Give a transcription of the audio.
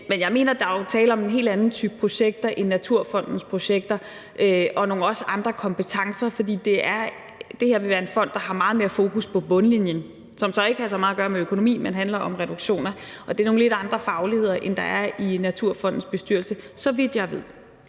Men jeg mener, at der jo er tale om en helt anden type projekter end Naturfondens projekter og også, at der er tale om nogle andre kompetencer, for det her vil være en fond, der har meget mere fokus på bundlinjen, som så ikke har så meget at gøre med økonomi, men handler om reduktioner, og det indebærer nogle lidt andre fagligheder end der, så vidt jeg ved,